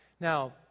Now